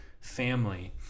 family